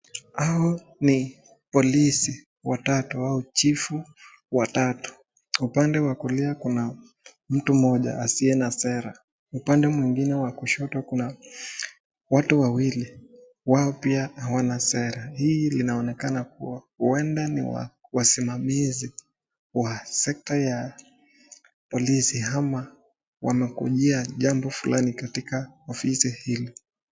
Hawa ni polisi watatu au chifu watatu, upande wa kulia Kuna mtu Mmoja asiye sare upande mwingine wa kushoto Kuna watu wawili wao pia hawana sare, hii inaonekana kuwa huenda ni wasimamizi wa secta ya polisi ama wanakujia jambo Fulani katika ofisi hili.